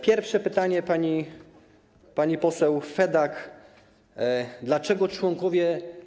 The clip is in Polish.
Pierwsze pytanie pani poseł Fedak, dlaczego członkowie.